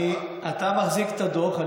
אני מחזיק את הדוח.